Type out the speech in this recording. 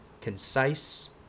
concise